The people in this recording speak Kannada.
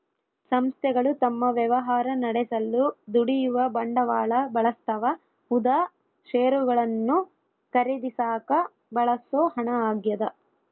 ಸಂಸ್ಥೆಗಳು ತಮ್ಮ ವ್ಯವಹಾರ ನಡೆಸಲು ದುಡಿಯುವ ಬಂಡವಾಳ ಬಳಸ್ತವ ಉದಾ ಷೇರುಗಳನ್ನು ಖರೀದಿಸಾಕ ಬಳಸೋ ಹಣ ಆಗ್ಯದ